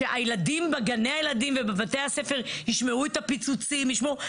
שהילדים בגני הילדים ובבתי הספר ישמעו את הפיצוצים יישמעו,